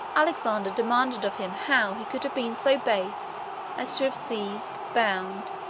alexander demanded of him how he could have been so base as to have seized, bound,